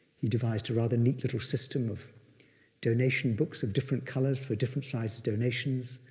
he devised a rather neat little system of donation books of different colors for different size donations.